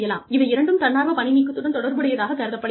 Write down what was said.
இவை இரண்டும் தன்னார்வ பணிநீக்கத்துடன் தொடர்புடையதாகக் கருதப்படுகிறது